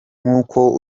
nk’uko